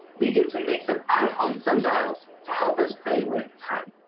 we get to make some at home sundials to help us play with time.